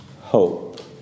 hope